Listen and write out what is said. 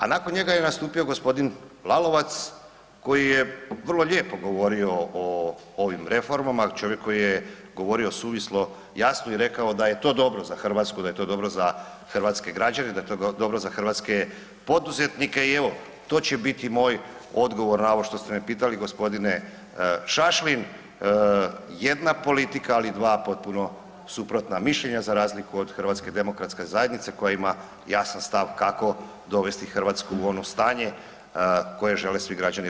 A nakon njega je nastupio g. Lalovac koji je vrlo lijepo govorio o ovim reformama, čovjek koji je govorio suvislo, jasno i rekao da je to dobro za Hrvatsku, da je to dobro za hrvatske građane, da je to dobro za hrvatske poduzetnike i evo, to će biti i moj odgovor na ovo što ste me pitali gospodine Šašlin, jedna politika ali dva potpuno suprotna mišljenja za razliku od HDZ-a koja ima jasan stav kako dovesti Hrvatsku u ono stanje koje žele svi građani RH.